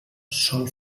sol